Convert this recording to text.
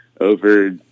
over